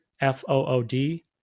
F-O-O-D